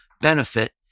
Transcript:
benefit